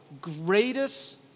greatest